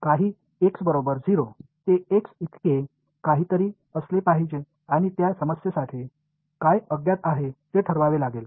काही x बरोबर 0 ते x इतके काहीतरी असले पाहिजे आणि या समस्येसाठी काय अज्ञात आहेत ते ठरवावे लागेल